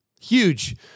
Huge